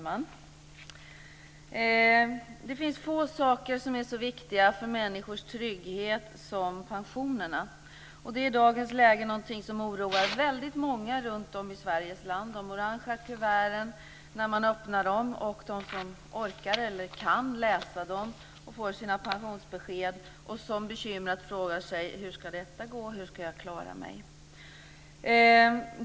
Fru talman! Det är få saker som är så viktiga för människors trygghet som pensionerna, och de är i dagens läge någonting som oroar väldigt många runtom i Sveriges land. När man öppnar de orange kuverten och läser - om man orkar eller kan - sina pensionsbesked frågar man sig bekymrat hur detta ska gå och hur man ska klara sig.